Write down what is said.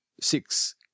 Six